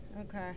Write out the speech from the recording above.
Okay